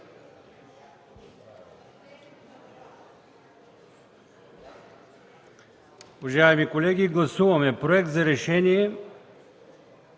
Уважаеми колеги, гласуваме Проект за решение